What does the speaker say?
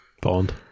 Bond